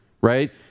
right